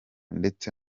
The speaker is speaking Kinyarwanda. ndetse